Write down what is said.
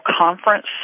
Conference